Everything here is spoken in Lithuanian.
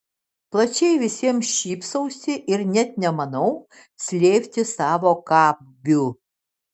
plačiai visiems šypsausi ir net nemanau slėpti savo kabių